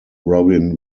robin